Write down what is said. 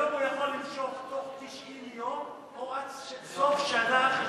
היום הוא יכול למשוך בתוך 90 יום או עד סוף שנה חשבונאית,